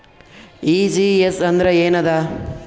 ECS ಅಂದ್ರ ಏನದ?